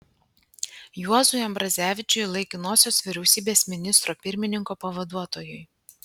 juozui ambrazevičiui laikinosios vyriausybės ministro pirmininko pavaduotojui